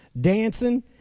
dancing